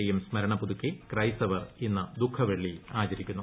ന്റെയും സ്മരണ പുതുക്കി ക്രൈസ്തവർ ഇന്ന് ദുഃഖവെള്ളി ആചരിക്കുന്നു